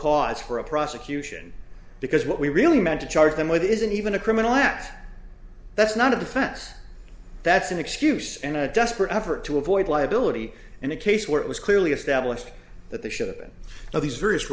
cause for a prosecution because what we really meant to charge them with isn't even a criminal act that's not a defense that's an excuse in a desperate effort to avoid liability in a case where it was clearly established that the should have been all these various